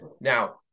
now